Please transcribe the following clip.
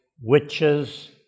witches